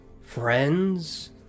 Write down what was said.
Friends